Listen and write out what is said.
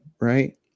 right